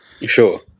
Sure